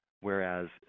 Whereas